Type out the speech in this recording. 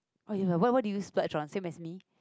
oh ya what what do you splurge on same as me